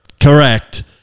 Correct